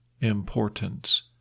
importance